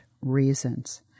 reasons